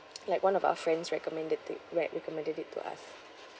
like one of our friends recommended them recommended it to us